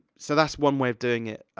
so that's one way of doing it.